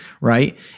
right